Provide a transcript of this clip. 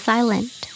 Silent